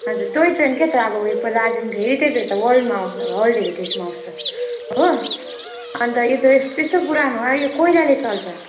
हजुर toy train क्या त अब यो दार्जिलिङको हेरिटेजहरू त वर्ल्डमा आउँछ वर्ल्ड हेरिटेजमा आउँछ हो अन्त यो त यस्तो पुरानो हो अब यो कोइलाले चल्छ